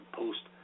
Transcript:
post